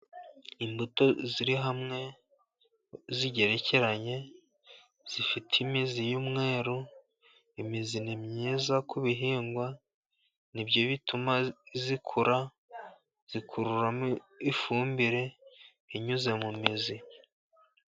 Imbuto ziri hamwe zigerekeranye, zifite imizi y'umweru. Imizi ni myiza ku bihingwa, nibyo bituma zikura zikururamo ifumbire, inyuze mu mizi.